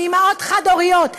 מאימהות חד-הוריות,